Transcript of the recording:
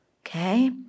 Okay